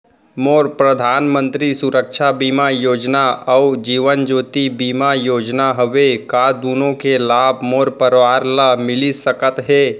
मोर परधानमंतरी सुरक्षा बीमा योजना अऊ जीवन ज्योति बीमा योजना हवे, का दूनो के लाभ मोर परवार ल मिलिस सकत हे?